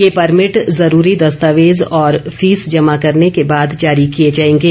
यह परमिट जरूरी दस्तावेज और फीस जमा करने के बाद जारी किये जायेंगे